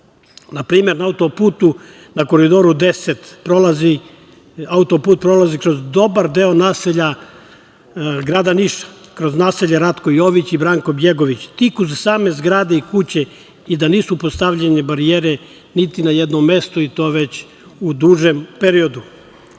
Na primer na autoputu na Koridoru 10 autoput prolazi kroz dobar deo naselja grada Niša, kroz naselje Ratko Jović i Branko Bjegović, tik uz same zgrade i kuće i da nisu postavljene barijere niti na jednom mestu i to već u dužem periodu.